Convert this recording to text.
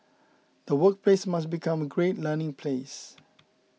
the workplace must become a great learning place